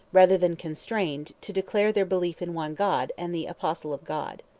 rather than constrained, to declare their belief in one god and the apostle of god.